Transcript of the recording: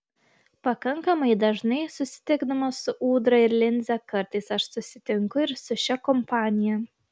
pakankamai dažnai susitikdamas su ūdra ir linze kartais aš susitinku ir su šia kompanija